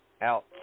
out